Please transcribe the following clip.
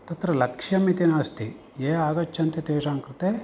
तत्र लक्ष्यमिति नास्ति ये आगच्छन्ति तेषां कृते